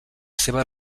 seva